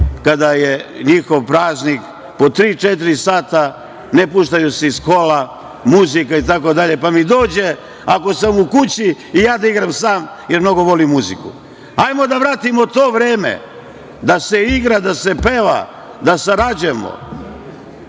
kada je njihov praznik, po tri-četiri sata se ne puštaju iz kola, muzika, itd, pa mi dođe, ako sam u kući, i ja da igram sam, jer mnogo volim muziku. Hajmo da vratimo to vreme, da se igra, da se peva, da sarađujemo. Srbija